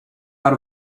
out